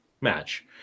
match